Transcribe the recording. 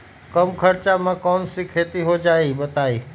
कम खर्च म कौन खेती हो जलई बताई?